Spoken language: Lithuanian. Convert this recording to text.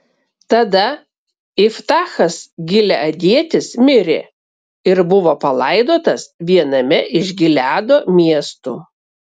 tada iftachas gileadietis mirė ir buvo palaidotas viename iš gileado miestų